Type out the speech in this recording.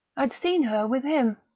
i'd seen her with him.